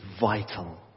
vital